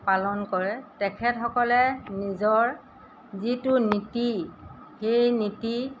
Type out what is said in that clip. পালন কৰে তেখেতসকলে নিজৰ যিটো নীতি সেই নীতি